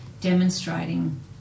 demonstrating